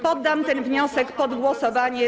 Poddam ten wniosek pod głosowanie.